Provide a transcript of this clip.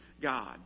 God